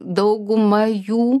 dauguma jų